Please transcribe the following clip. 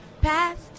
past